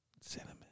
cinnamon